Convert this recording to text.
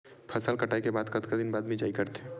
फसल कटाई के कतका दिन बाद मिजाई करथे?